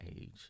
age